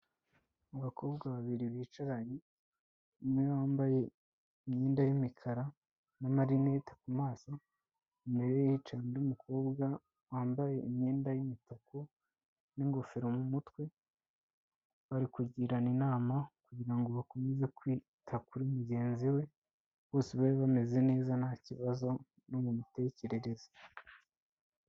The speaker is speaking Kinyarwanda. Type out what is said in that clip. Abakobwa babiri bicaranye, umwe wambaye imyenda y'imikara n'amarineti ku maso, imbere ye hicaye undi mukobwa wambaye imyenda y'umutuku n'ingofero mu mutwe, bari kugirana inama kugira ngo bakomeze kwita kuri mugenzi we, bose bari bameze neza nta kibazo no mu mitekerereze.